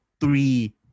three